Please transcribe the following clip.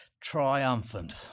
triumphant